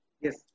Yes